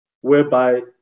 whereby